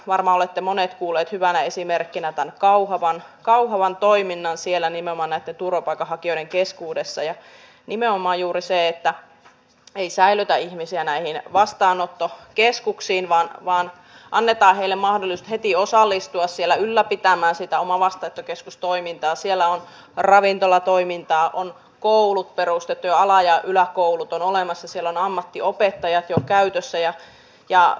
varma olette monet kuulleet hyvänä esimerkkinätaan kauhava kauhavan toiminnan siellä niin omana turvapaikanhakijoiden keskuudessa ja nimenomaan juuri se etta ei säilötä ihmisiä näihin vastaanottokeskuksiin vaan vaan annetaan heillemaan heti osallistua siellä ylläpitämään sitä omaa lasta keskustoimintaa siellä on ravintolatoiminta on koulut perustettu alaja yläkoulut on olemassa siellä on ammattiopettajat jo käytössä ja ja